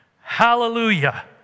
Hallelujah